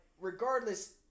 regardless